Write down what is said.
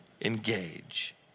Engage